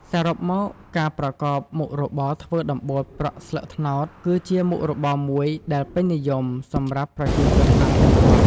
សរុបមក ការប្រកបមុខរបរធ្វើដំបូលប្រក់ស្លឹកត្នោត គឺជាមុខរបរមួយដែលពេញនិយមសម្រាប់ប្រជាជនតាមជនបទ។